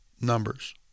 Numbers